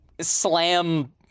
slam